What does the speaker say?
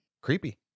Creepy